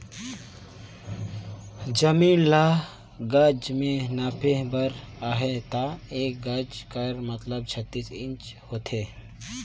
जमीन ल गज में नापे बर अहे ता एक गज कर मतलब छत्तीस इंच होथे